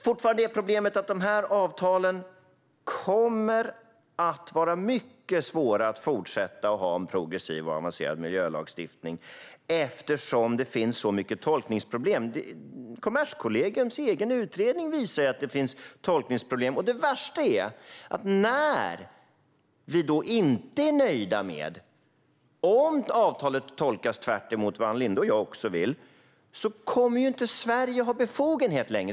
Fortfarande är problemet att dessa avtal kommer att vara mycket svåra när det gäller att fortsätta att ha en progressiv och avancerad miljölagstiftning, eftersom det finns så många tolkningsproblem. Kommerskollegiums egen utredning visar att det finns tolkningsproblem. Och det värsta är om vi då inte är nöjda med om ett avtal tolkas tvärtemot vad Ann Linde och jag vill. Då kommer Sverige inte längre att ha befogenhet.